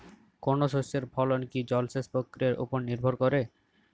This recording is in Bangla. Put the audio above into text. কোনো শস্যের ফলন কি জলসেচ প্রক্রিয়ার ওপর নির্ভর করে?